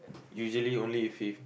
usually only if he